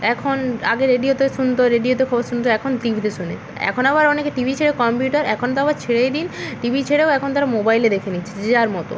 এখন আগে রেডিওতে শুনতো রেডিওতে খবর শুনতো এখন টিভিতে শোনে এখন আবার অনেকে টিভি ছেড়ে কম্পিউটার এখন তো আবার ছেড়েই দিন টিভি ছেড়েও এখন তারা মোবাইলে দেখে নিচ্ছে যে যার মতো